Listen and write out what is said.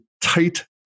tight